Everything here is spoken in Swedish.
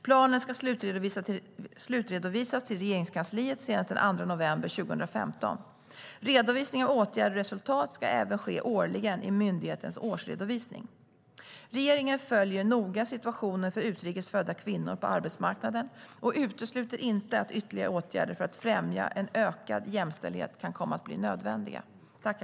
Planen ska slutredovisas till Regeringskansliet senast den 2 november 2015. Redovisning av åtgärder och resultat ska även ske årligen i myndighetens årsredovisning. Regeringen följer noga situationen för utrikes födda kvinnor på arbetsmarknaden och utesluter inte att ytterligare åtgärder för att främja en ökad jämställdhet kan komma att bli nödvändiga.